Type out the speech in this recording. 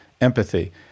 empathy